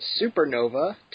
Supernova